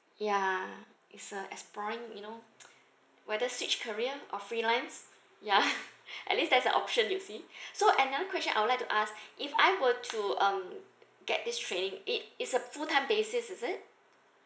ya it's a exploring you know whether switch career or freelance ya at least there's an option you see so another question I would like to ask if I were to um get this training it it's a full time basis is it